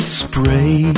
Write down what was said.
spray